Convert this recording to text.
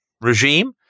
regime